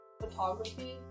Photography